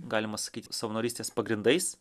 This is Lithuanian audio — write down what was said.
galima sakyt savanorystės pagrindais